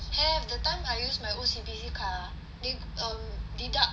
have that time I use my O_C_B_C card ah they um deduct